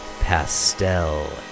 Pastel